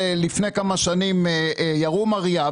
ירום אריאב,